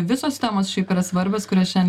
visos temos šiaip yra svarbios kurias šian